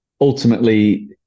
ultimately